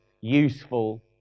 useful